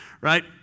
right